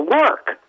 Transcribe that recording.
work